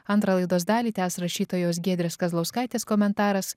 antrą laidos dalį tęs rašytojos giedrės kazlauskaitės komentaras